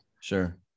sure